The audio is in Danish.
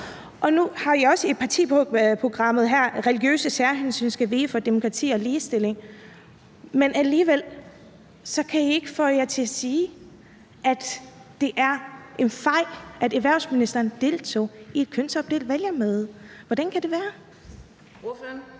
Nu har I også i partiprogrammet her skrevet, at religiøse særhensyn skal vige for demokrati og ligestilling, men alligevel kan I ikke få jer selv til at sige, at det er en fejl, at erhvervsministeren deltog i et kønsopdelt vælgermøde. Hvordan kan det være?